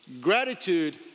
Gratitude